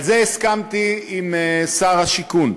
על זה הסכמתי עם שר השיכון,